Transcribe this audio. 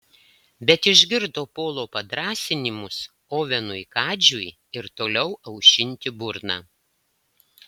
bet išgirdo polo padrąsinimus ovenui kadžiui ir toliau aušinti burną